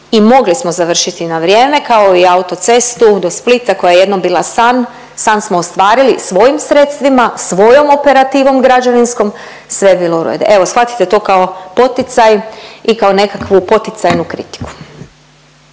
i mogli smo završiti na vrijeme kao i autocestu do Splita koja je jednom bila san. San smo ostvarili svojim sredstvima, svojom operativom građevinskom sve je bilo u redu. Evo shvatite to kao poticaj i kao nekakvu poticajnu kritiku.